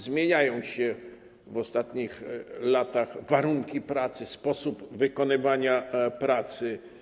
Zmieniają się w ostatnich latach warunki pracy, zmienia się sposób wykonywania pracy.